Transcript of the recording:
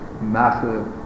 massive